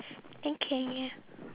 then can you have